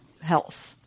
health